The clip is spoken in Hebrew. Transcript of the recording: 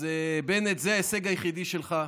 אז בנט, זה ההישג היחידי שלך.